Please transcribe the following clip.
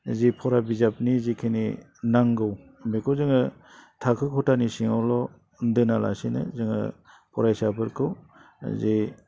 जि फरा बिजाबनि जिखिनि नांगौ बेखौ जोङो थाखो ख'थानि सिङावल' दोनालासिनो जोङो फरायसाफोरखौ जि